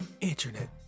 internet